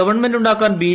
ഗവൺമെന്റുണ്ടാക്കാൻ B